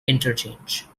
interchange